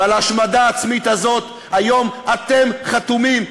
ועל ההשמדה העצמית הזאת היום אתם חתומים,